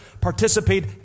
participate